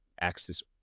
access